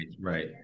Right